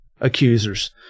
accusers